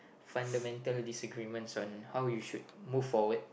fundamental disagreements on how you should move forward